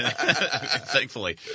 thankfully